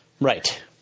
Right